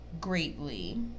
greatly